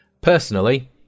Personally